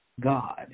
God